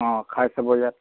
অঁ খাইছে বজাৰত